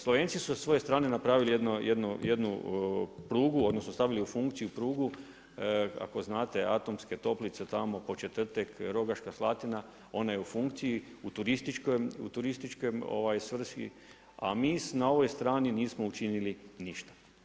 Slovenci su sa svoje strane napravili jednu prugu, odnosno stavili u funkciju prugu ako znate atomske toplice tamo Podčetrtek, Rogaška Slatina, ona je u funkciji, u turističkoj svrsi, a mi na ovoj strani nismo učinili ništa.